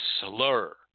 slur